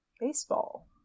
baseball